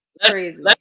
crazy